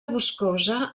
boscosa